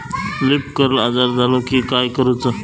Leaf curl आजार झालो की काय करूच?